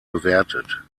bewertet